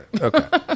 Okay